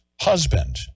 husband